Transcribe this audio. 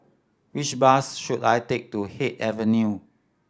which bus should I take to Haig Avenue